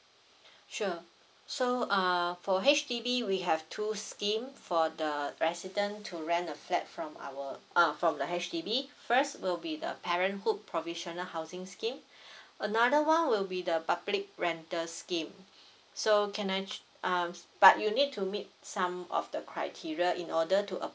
sure so uh for H_D_B we have two scheme for the resident to rent a flat from our um from the H_D_B first will be the parenthood provisional housing scheme another one will be the public rental scheme so can I um but you need to meet some of the criteria in order to apply